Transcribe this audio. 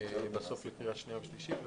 לקריאה שנייה ושלישית בסוף,